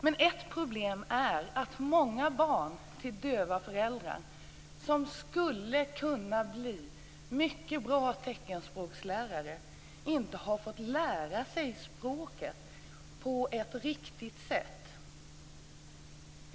Men ett problem är att många barn till döva föräldrar, som skulle kunna bli mycket bra teckenspråkslärare, inte har fått lära sig språket på ett riktigt sätt.